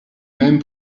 même